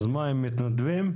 אז מה, הם מתנדבים?